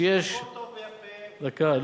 שיש, הכול טוב ויפה, מה אני מתלונן בכלל.